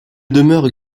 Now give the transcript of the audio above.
demeure